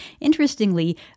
Interestingly